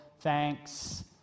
thanks